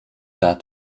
that